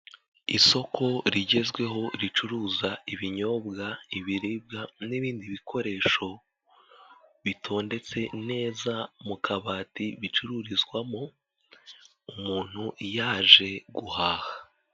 Isoko rigezweho ricuruza ibinyobwa, ibiribwa, n'ibindi bikoresho bitondetse neza mu kabati bicururizwamo, umuntu yaje guhaha.